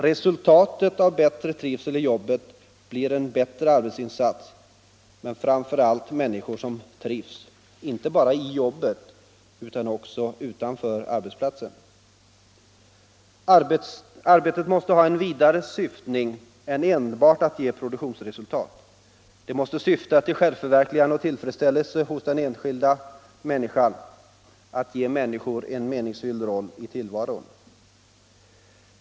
Resultatet av bättre trivsel i jobbet blir en bättre arbetsinsats, men framför allt människor som trivs inte bara i jobbet utan också utanför arbetsplatsen. Arbetet måste ha en vidare syftning än enbart att ge produktionsresultat. Det måste syfta till självförverkligande och tillfredsställelse hos den enskilda människan, till att ge människan en meningsfylld roll i tillvaron.